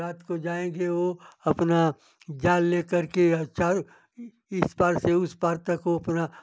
रात को जाएँगे वह अपना जाल ले करके चाऊ इस पार से उस पार तक वह अपना